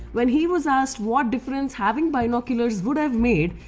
when he was asked what difference having binoculars would have made,